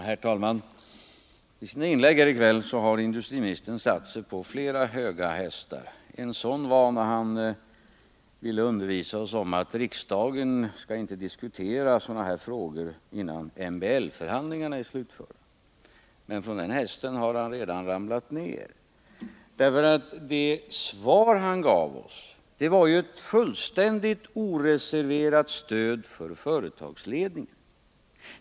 Herr talman! I sina inlägg här i kväll har industriministern satt sig på flera höga hästar. En sådan häst satte han sig på när han ville undervisa oss om att riksdagen inte skall diskutera sådana här frågor innan MBL-förhandlingarna ärslutförda. Men från den hästen har han redan ramlat ned. Det svar han gav oss var nämligen ett fullständigt oreserverat stöd för företagsledningen.